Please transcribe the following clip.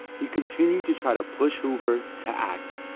he continued to try to push hoover to act.